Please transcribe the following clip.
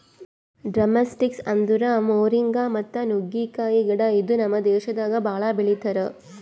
drumsticks ಅಂದುರ್ moringa ಮತ್ತ ನುಗ್ಗೆಕಾಯಿ ಗಿಡ ಇದು ನಮ್ ದೇಶದಾಗ್ ಭಾಳ ಬೆಳಿತಾರ್